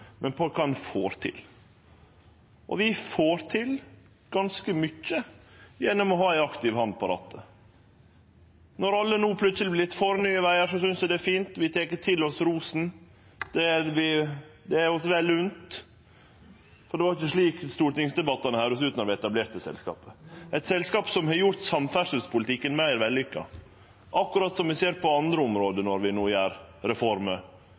men på kva ein får til, og vi får til ganske mykje gjennom å ha ei aktiv hand på rattet. Når alle no plutseleg har vorte for Nye Vegar, synest eg det er fint. Vi tek til oss rosen, han er oss vel unt. Det var ikkje slik stortingsdebattane høyrdest ut då vi etablerte selskapet, eit selskap som har gjort samferdselspolitikken meir vellykka, akkurat som vi ser på andre område når vi no gjer reformer,